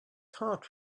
heart